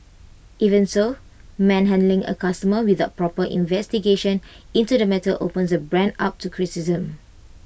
even so manhandling A customer without proper investigation into the matter opens the brand up to criticisms